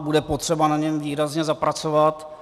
Bude potřeba na něm výrazně zapracovat.